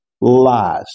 lies